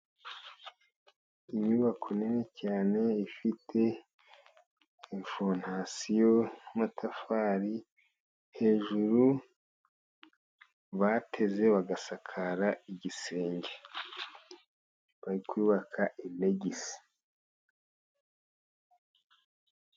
Inyubako nini cyane ifite fondasiyo y'amatafari, hejuru bateze bagasakara igisenge, bari kubaka inegisi.